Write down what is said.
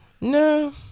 No